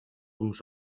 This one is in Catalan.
uns